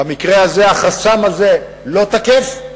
במקרה הזה החסם הזה לא תקף,